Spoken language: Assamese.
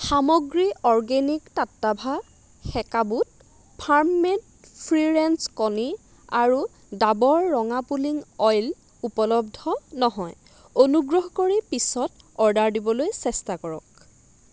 সামগ্ৰী অৰ্গেনিক টাট্টাভা সেকা বুট ফাৰ্ম মেড ফ্ৰী ৰেঞ্জ কণী আৰু ডাবৰ ৰঙা পুলিং অইল উপলব্ধ নহয় অনুগ্ৰহ কৰি পিছত অৰ্ডাৰ দিবলৈ চেষ্টা কৰক